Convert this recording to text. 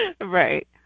Right